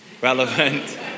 Relevant